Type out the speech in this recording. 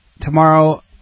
Tomorrow